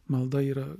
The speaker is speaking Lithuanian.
malda yra